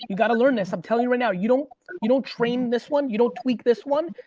you gotta learn this, i'm telling you right now. you don't you don't train this one, you don't tweak this one,